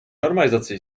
normalizaci